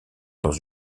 dans